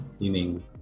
meaning